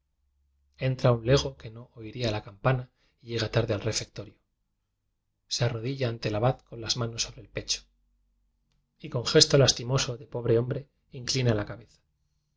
un lego que no oiría la campa na y llega tarde al refectorio se arrodilla ante el abad con las manos sobre el pecho y con gesto lastimoso de pobre hombre in clina la cabeza el